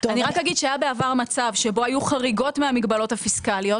אני רק אגיד שהיה בעבר מצב שבו היו חריגות מהמגבלות הפיסקליות